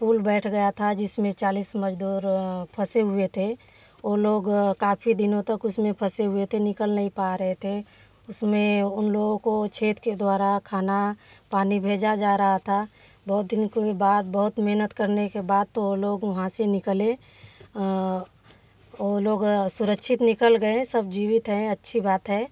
पुल बैठ गया था जिसमें चालीस मज़दूर फँसे हुए थे ओ लोग काफ़ी दिनों तक उसमें फँसे हुए थे निकल नहीं पा रहे थे उसमें उन लोगों को छेद के द्वारा खाना पानी भेजा जा रहा था बहुत दिन के बाद बहुत मेहनत करने के बाद तो ओ लोग वहाँ से निकले ओ लोग सुरक्षित निकल गए सब जीवित हैं अच्छी बात है